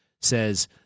says